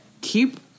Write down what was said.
keep